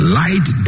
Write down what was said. light